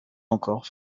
encore